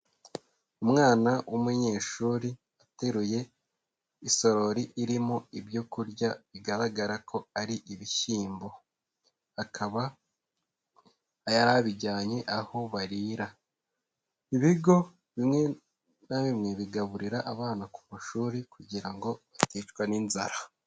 Umwana w'umunyeshuri ateruye isorori irimo ibyo kurya bigaragara ko ari ibishyimbo. Akaba yari abijyanye aho barira. Ibigo bimwe na bimwe bigaburira abana ku mashuri kugira ngo baticwa n'inzara.